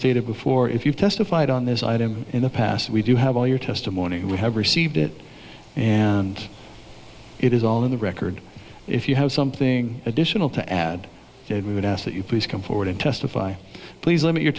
stated before if you've testified on this item in the past we do have all your testimony we have received it and it is all in the record if you have something additional to add we would ask that you please come forward and testify please limit your